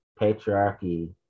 patriarchy